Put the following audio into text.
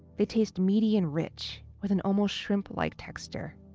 they taste meaty and rich, with an almost shrimp-like texture